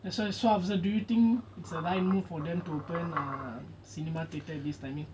that's why so after do you think it's a right move for them to open err cinema theatres this timing